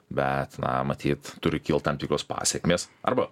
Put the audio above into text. bet na matyt turi kilt tam tikros pasekmės arba